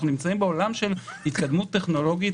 אנחנו נמצאים בעולם של התקדמות טכנולוגית